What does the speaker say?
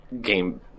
game